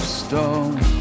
stone